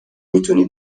میتونی